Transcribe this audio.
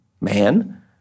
man